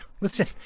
Listen